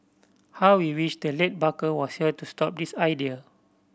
how we wish the late Barker was here to stop this idea